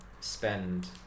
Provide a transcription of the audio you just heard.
spend